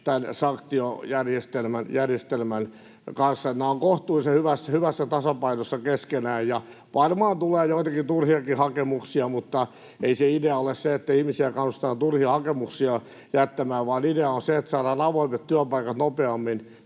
tämän sanktiojärjestelmän kanssa, nämä ovat kohtuullisen hyvässä tasapainossa keskenään. Varmaan tulee joitakin turhiakin hakemuksia, mutta ei se idea ole se, että ihmisiä kannustetaan turhia hakemuksia jättämään, vaan idea on se, että saadaan avoimet työpaikat nopeammin